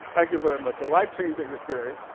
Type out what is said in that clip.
thank you very much. a life changing experience.